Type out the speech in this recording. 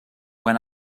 when